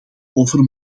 over